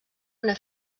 una